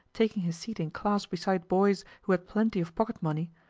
taking his seat in class beside boys who had plenty of pocket-money,